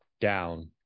down